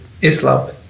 Islam